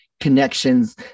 connections